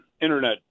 internet